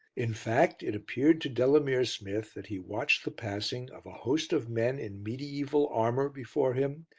in fact, it appeared to delamere smith that he watched the passing of a host of men in mediaeval armour before him,